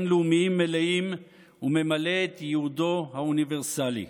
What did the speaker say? לאומיים מלאים וממלא את ייעודו האוניברסלי.